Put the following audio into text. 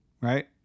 right